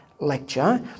lecture